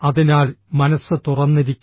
അതിനാൽ മനസ്സ് തുറന്നിരിക്കണം